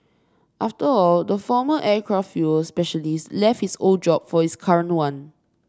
after all the former aircraft fuel specialist left his old job for his current one